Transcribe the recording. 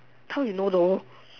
how you know though